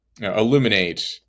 illuminate